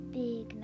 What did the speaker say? big